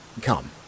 Come